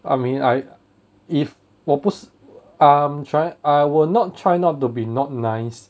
I mean I if 我不是 I'm trying I will not try not to be not nice